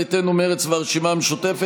יתזמנו בשבע שניות,